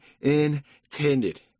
intended